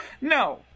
No